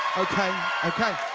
okay, okay,